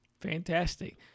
Fantastic